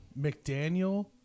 McDaniel